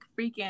freaking